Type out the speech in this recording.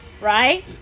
Right